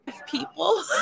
people